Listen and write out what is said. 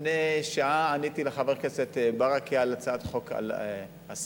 לפני שעה עניתי לחבר הכנסת ברכה על הצעת חוק על השמת